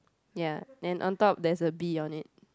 ya and on top there's a bee on it